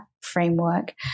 framework